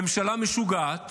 ממשלה משוגעת